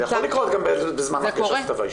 זה יכול לקרות גם בזמן הגשת כתב האישום.